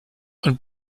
und